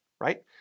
right